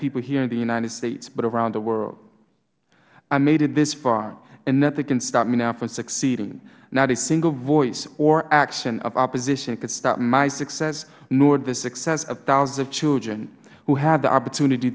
people here in the united states but around the world i made it this far and nothing can stop me now from succeeding not a single voice or action of opposition can stop my success nor the success of thousands of children who have the opportunity